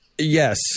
Yes